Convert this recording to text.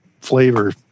flavor